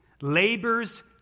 labors